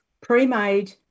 pre-made